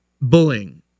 Bullying